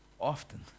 often